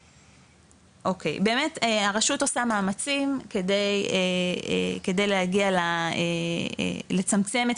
באמת הרשות עושה מאמצים כדי להגיע לצמצם את